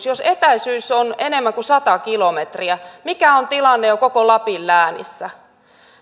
jos etäisyys on enemmän kuin sata kilometriä mikä on tilanne koko lapin läänissä